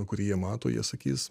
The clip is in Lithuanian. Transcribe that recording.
kurį jie mato jie sakys